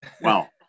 Wow